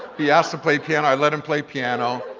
he asked to play piano, i let him play piano.